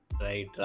right